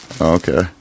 Okay